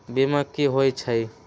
बीमा कि होई छई?